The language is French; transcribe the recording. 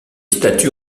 statues